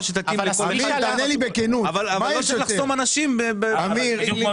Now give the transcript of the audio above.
שתתאים לכל אחד אבל לא לחסום אנשים מלהגיש.